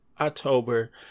October